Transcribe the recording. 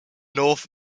north